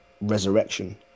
resurrection